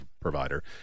provider